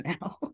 now